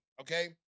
okay